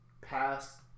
past